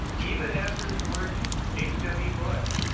even after george h. w. bush,